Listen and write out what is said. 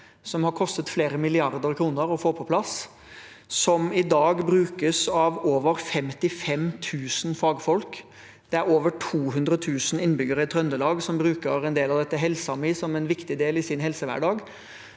som har kostet flere milliarder kroner å få på plass, og som i dag brukes av over 55 000 fagfolk. Det er over 200 000 innbyggere i Trøndelag som bruker en del av dette, HelsaMi, som en viktig del av sin helsehverdag.